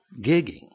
gigging